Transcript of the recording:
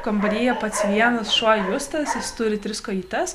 kambaryje pats vienas šuo justas jis turi tris kojytes